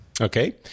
okay